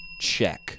check